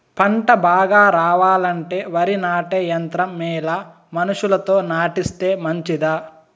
పంట బాగా రావాలంటే వరి నాటే యంత్రం మేలా మనుషులతో నాటిస్తే మంచిదా?